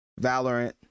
valorant